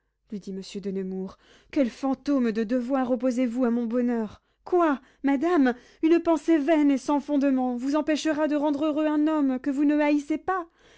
lui dit monsieur de nemours quel fantôme de devoir opposez vous à mon bonheur quoi madame une pensée vaine et sans fondement vous empêchera de rendre heureux un homme que vous ne haïssez pas